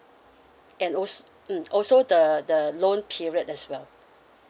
and als~ mm also the the loan period as well